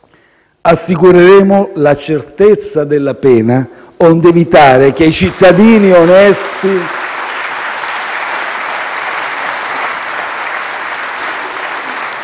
Assicureremo la certezza della pena, onde evitare che i cittadini onesti